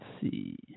see